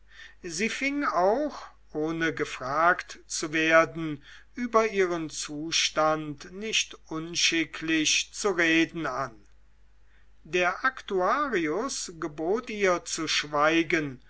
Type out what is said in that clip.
sie fing auch ohne gefragt zu werden über ihren zustand nicht unschicklich zu reden an der aktuarius gebot ihr zu schweigen